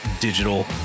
digital